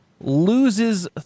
loses